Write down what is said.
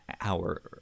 hour